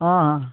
ହଁ ହଁ